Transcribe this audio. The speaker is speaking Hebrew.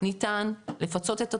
ניתן לפצות את התושבים.